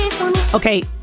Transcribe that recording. Okay